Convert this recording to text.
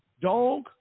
dog